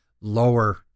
lower